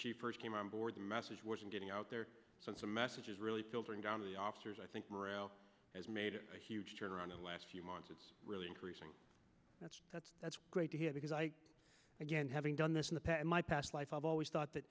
the first came on board the message wasn't getting out there since the message is really filtering down to the officers i think has made a huge turnaround in the last few months it's really increasing that's that's that's great to hear because again having done this in the past in my past life i've always thought that